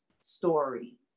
story